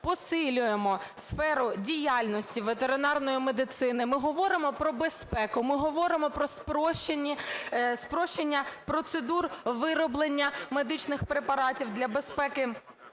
посилюємо сферу діяльності ветеринарної медицини. Ми говоримо про безпеку. Ми говоримо про спрощення процедур вироблення медичних препаратів для безпеки